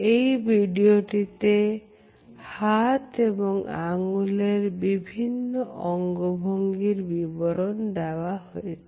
এই ভিডিওটিতে হাত এবং আঙ্গুলের বিভিন্ন অঙ্গভঙ্গির বিবরণ দেওয়া হয়েছে